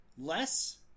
Less